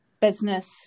business